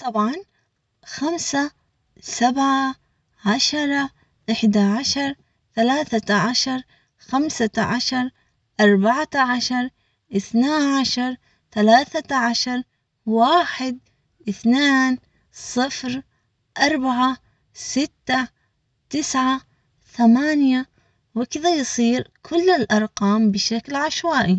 طبعا خمسة سبعة عشرة احدى عشر ثلاثة عشر خمسة عشر اربعة عشر اثنى عشر ثلاثة عشر واحد اثنان صفر اربعة ستة تسعة ثمانية وكذا يصير كل الارقام بشكل عشوائي